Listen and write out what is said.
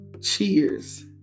Cheers